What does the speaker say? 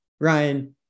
Ryan